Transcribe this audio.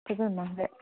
ꯐꯖꯅ ꯃꯥꯡꯈ꯭ꯔꯦ